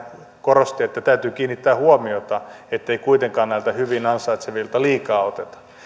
korosti että täytyy kiinnittää huomiota ettei kuitenkaan näiltä hyvin ansaitsevilta liikaa oteta